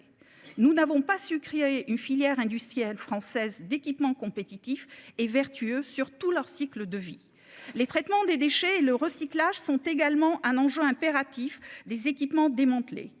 nous n'avons pas su créer une filière industrielle française d'équipements compétitifs et vertueux sur tout leur cycle de vie, les traitements des déchets et le recyclage sont également un enjeu impératif des équipements démantelé